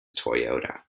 toyota